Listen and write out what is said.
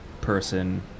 person